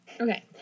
Okay